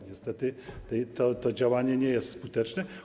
Niestety to działanie nie jest skuteczne.